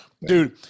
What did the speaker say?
dude